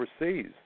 overseas